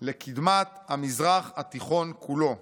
לקדמת המזרח התיכון כולו.